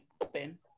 Open